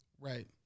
Right